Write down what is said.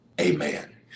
amen